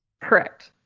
Correct